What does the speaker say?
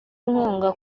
inkunga